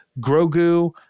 Grogu